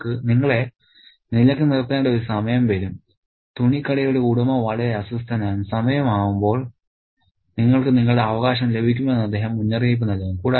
നിങ്ങളെ നിലക്ക് നിർത്തേണ്ട ഒരു സമയം വരും തുണിക്കടയുടെ ഉടമ വളരെ അസ്വസ്ഥനാണ് സമയമാകുമ്പോൾ നിങ്ങൾക്ക് നിങ്ങളുടെ അവകാശം ലഭിക്കുമെന്ന് അദ്ദേഹം മുന്നറിയിപ്പ് നൽകുന്നു